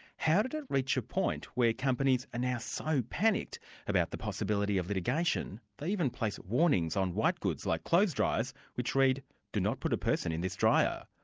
how did it reach a point where companies are now so panicked about the possibility of litigation, they even place warnings on whitegoods like clothes driers, which read do not put a person in this dryer.